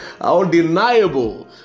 undeniable